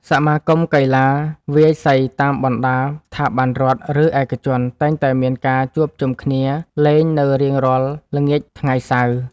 សមាគមកីឡាវាយសីតាមបណ្ដាស្ថាប័នរដ្ឋ ឬឯកជន តែងតែមានការជួបជុំគ្នាលេងនៅរៀងរាល់ល្ងាចថ្ងៃសៅរ៍។